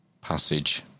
...passage